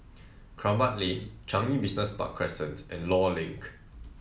Kramat Lane Changi Business Park Crescent and Law Link